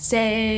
Say